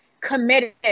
committed